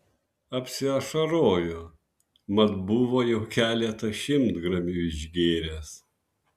apsiašarojo mat buvo jau keletą šimtgramių išgėręs